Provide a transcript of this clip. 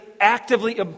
actively